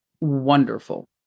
wonderful